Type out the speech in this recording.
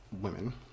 women